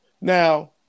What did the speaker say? Now